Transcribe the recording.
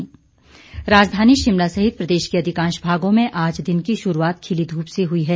मौसम राजधानी शिमला सहित प्रदेश के अधिकांश भागों में आज दिन की शुरूआत खिली धूप से हुई है